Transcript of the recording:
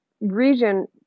region